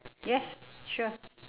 yes sure